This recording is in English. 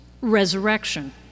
Resurrection